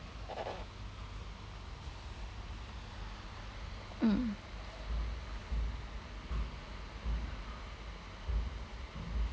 mm